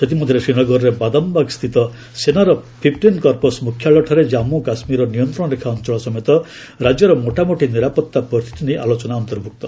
ସେଥିମଧ୍ୟରେ ଶ୍ରୀନଗରର ବାଦାମିବାଗ୍ ସ୍ଥିତ ସେନାର ଫିପ୍ଟିନ୍ କର୍ପସ୍ ମୁଖ୍ୟାଳୟଠାରେ ଜାନ୍ମୁ କାଶ୍ମୀରର ନିୟନ୍ତ୍ରଣ ରେଖା ଅଞ୍ଚଳ ସମେତ ରାଜ୍ୟର ମୋଟାମୋଟି ନିରାପତ୍ତା ପରିସ୍ଥିତି ନେଇ ଆଲୋଚନା ଅନ୍ତର୍ଭୁକ୍ତ